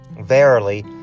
Verily